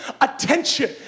attention